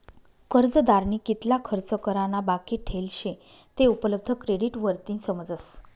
कर्जदारनी कितला खर्च करा ना बाकी ठेल शे ते उपलब्ध क्रेडिट वरतीन समजस